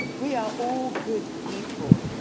we are all good people.